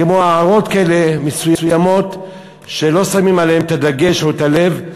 כמו הערות מסוימות שלא שמים עליהן את הדגש או את הלב,